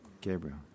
Gabriel